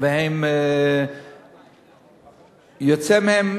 יוצאים מהם